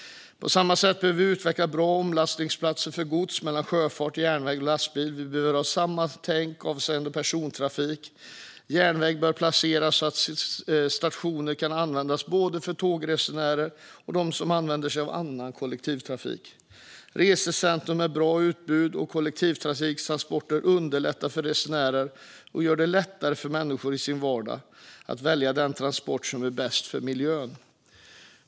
Vi behöver utveckla bra omlastningsplatser för gods mellan sjöfart, järnväg och lastbil, och vi behöver ha samma tänk avseende persontrafiken. Järnvägen bör placeras så att stationer kan användas både av tågresenärer och av dem som använder sig av annan kollektivtrafik. Resecentrum med ett bra utbud av kollektiva transporter underlättar för resenärer och gör det lättare för människor att i sin vardag välja den transport som är bäst för miljön.